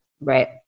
Right